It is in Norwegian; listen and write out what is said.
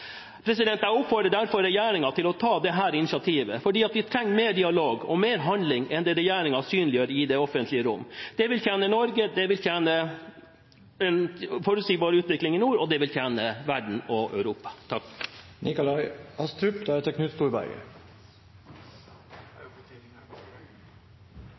Jeg oppfordrer derfor regjeringen til å ta dette initiativet, for vi trenger mer dialog og mer handling enn det regjeringen synliggjør i det offentlige rom. Det vil tjene Norge, det vil tjene en forutsigbar utvikling i nord, og det vil tjene verden og Europa.